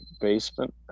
Basement